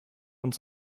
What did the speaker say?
und